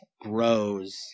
grows